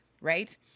Right